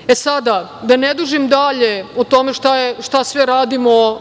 godine. Sada, da ne dužim dalje, šta sve radimo